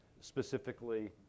specifically